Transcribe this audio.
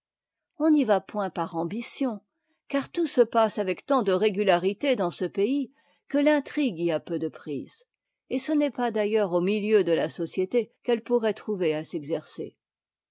on n'y va point par ambition car tout se passe avec tant de régularité dans ce pays que l'intrigue y a peu de prise et ce n'est pas d'ailleurs au milieu de la société qu'elle pourrait trouver à s'exercer